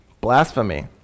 Blasphemy